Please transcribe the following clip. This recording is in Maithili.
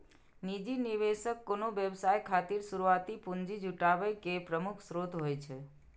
निजी निवेशक कोनो व्यवसाय खातिर शुरुआती पूंजी जुटाबै के प्रमुख स्रोत होइ छै